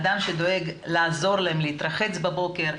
אדם שעוזר להם להתרחץ בבוקר,